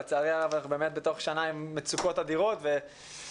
לצערי הרב אנחנו באמת בשנה עם מצוקות אדירות ומה